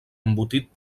embotit